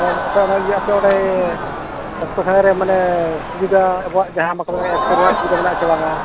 ᱦᱳᱭ ᱟᱯᱮ ᱚᱱᱟ ᱟᱯᱮ ᱚᱸᱰᱮ ᱰᱚᱠᱛᱚᱨ ᱠᱷᱟᱱᱟ ᱨᱮ ᱢᱟᱱᱮ ᱥᱩᱵᱤᱫᱟ ᱡᱟᱦᱟᱸ ᱵᱟᱠᱚ ᱢᱮᱱᱟ ᱮᱠᱥ ᱥᱮᱨᱮ ᱥᱩᱵᱤᱫᱟ ᱢᱮᱱᱟᱜᱼᱟ ᱥᱮ ᱵᱟᱝᱼᱟ